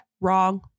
wrong